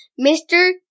Mr